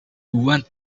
went